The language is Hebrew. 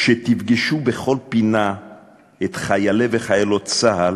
כשתפגשו בכל פינה את חיילי וחיילות צה"ל,